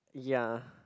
ya